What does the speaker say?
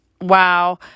wow